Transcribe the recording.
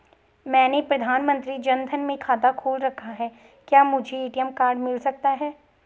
मैंने प्रधानमंत्री जन धन में खाता खोल रखा है क्या मुझे ए.टी.एम कार्ड मिल सकता है?